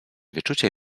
wyczucie